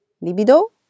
Libido